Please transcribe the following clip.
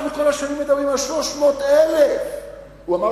אנחנו כל השנים מדברים על 300,000. הוא אמר